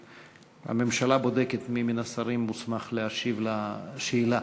והממשלה בודקת מי מן השרים מוסמך להשיב על השאלה.